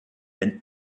than